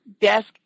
desk